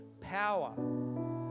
power